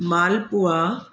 malpua